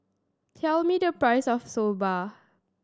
tell me the price of Soba